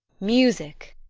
music,